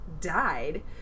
died